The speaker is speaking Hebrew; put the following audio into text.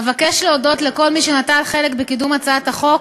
אבקש להודות לכל מי שנטל חלק בקידום הצעת החוק,